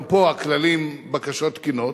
גם פה הכללים, בקשות תקינות.